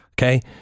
Okay